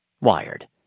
Wired